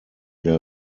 der